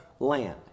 Land